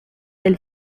del